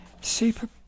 super